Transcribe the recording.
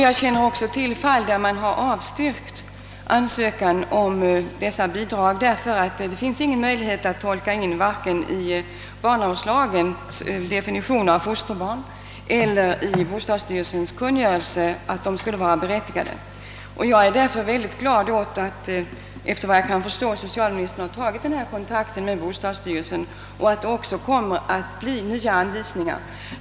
Jag känner också till fall där ansökan om familjebostadsbidrag avstyrkts därför att det inte förelegat några möjligheter att i vare sig barnavårdslagens definition av begreppet fosterbarn eller i bostadsstyrelsens kungörelse tolka in att bidrag skulle vara berättigat. Därför är jag mycket glad över att socialministern nu efter vad jag förstår har varit i kontakt med bostadsstyrelsen och att nya anvisningar kommer att utges.